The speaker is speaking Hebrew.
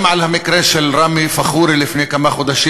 גם על המקרה של ראמי פאחורי מנצרת,